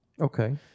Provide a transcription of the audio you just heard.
Okay